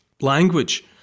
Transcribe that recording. language